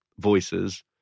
voices